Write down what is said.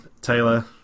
Taylor